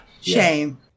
Shame